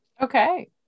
Okay